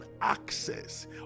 access